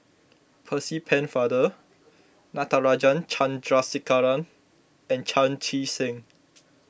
Percy Pennefather Natarajan Chandrasekaran and Chan Chee Seng